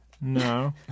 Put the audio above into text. No